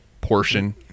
portion